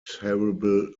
terrible